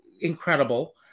incredible